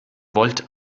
volt